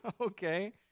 Okay